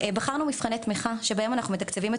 בחרנו מבחני תמיכה שבהם אנחנו מתקצבים את